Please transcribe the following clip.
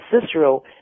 Cicero